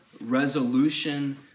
resolution